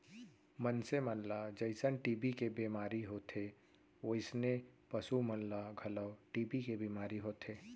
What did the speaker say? मनसे मन ल जइसन टी.बी के बेमारी होथे वोइसने पसु मन ल घलौ टी.बी के बेमारी होथे